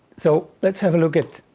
so lets have a look at,